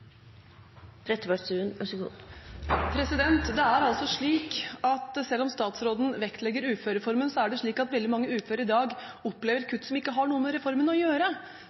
Selv om statsråden vektlegger uførereformen, er det slik at veldig mange uføre i dag opplever kutt som ikke har noe med reformen å gjøre,